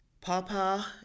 Papa